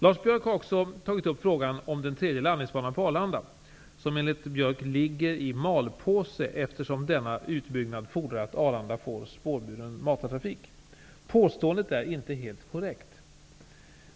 Lars Biörck har också tagit upp frågan om den tredje landningsbanan på Arlanda, som enligt Biörck ligger i malpåse efterson denna utbyggnad fordrar att Arlanda får spårburen matartrafik. Påståendet är inte helt korrekt.